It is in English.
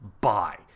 bye